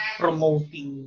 promoting